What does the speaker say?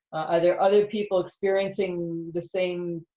are there other people experiencing the same,